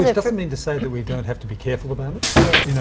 yeah doesn't mean to say that we don't have to be careful about yeah you know